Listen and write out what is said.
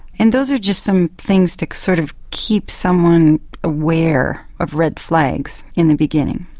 and those are just some things to sort of keep someone aware of red flags in the beginning.